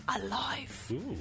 alive